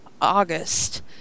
August